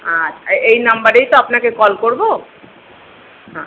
আর এই নাম্বারেই তো আপনাকে কল করব হ্যাঁ